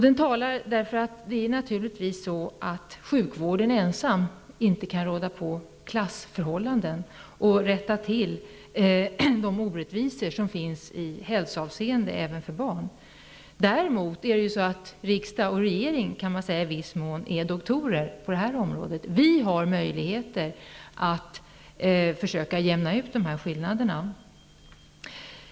Den talar därför att sjukvården ensam naturligtvis inte kan råda på klassförhållanden och rätta till de orättvisor som finns i hälsoavseende även för barn. Däremot kan riksdag och regering i viss mån sägas vara doktorer på det här området, då vi har möjligheter att försöka jämna ut dessa skillnader.